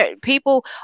people